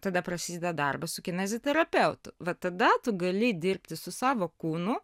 tada prasideda darbas su kineziterapeutu vat tada tu gali dirbti su savo kūnu